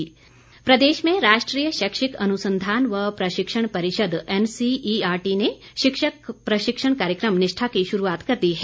NCERT प्रदेश में राष्ट्रीय शैक्षिक अनुसंधान व प्रशिक्षण परिषद एनसीईआरटी ने शिक्षक प्रशिक्षण कार्यक्रम निष्ठा की शुरूआत कर दी है